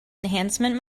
enhancement